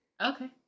Okay